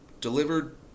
delivered